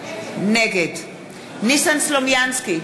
נגד ניסן סלומינסקי,